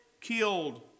killed